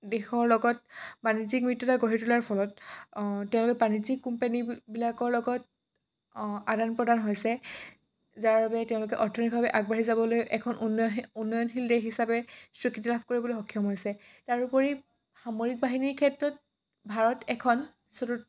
দেশৰ লগত বাণিজ্যিক মিত্ৰতা গঢ়ি তোলাৰ ফলত তেওঁলোকে বাণিজ্যিক কোম্পানীবিলাকৰ লগত আদান প্ৰদান হৈছে যাৰ বাবে তেওঁলোকে অৰ্থনৈতিকভাৱে আগবাঢ়ি যাবলৈ এখন উন্নয়নশীল দেশ হিচাপে স্বীকৃতি লাভ কৰিবলৈ সক্ষম হৈছে তাৰোপৰি সামৰিক বাহিনীৰ ক্ষেত্ৰত ভাৰত এখন চতুৰ্থ